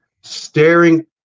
staring